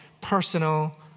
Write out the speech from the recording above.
personal